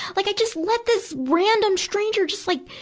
like i just let this random stranger just like,